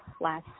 last